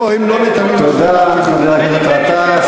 בני בגין, שיבוא לפה.